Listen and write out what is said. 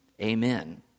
Amen